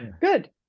Good